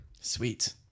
Sweet